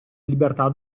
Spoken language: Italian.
libertà